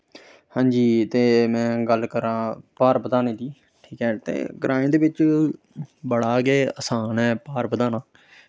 हां जी ते में गल्ल करां भार बधाने दी ठीक ऐ ते ग्राएं दे बिच्च बड़ा गै असान ऐ भार बधाना